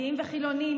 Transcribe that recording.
דתיים לחילונים,